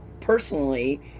personally